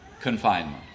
confinement